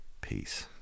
Peace